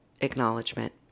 acknowledgement